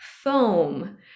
foam